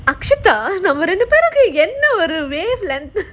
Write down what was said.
akshita நம்ம ரெண்டு பேருக்கும் என்ன ஒரு:namma rendu perukkum enna oru wavelength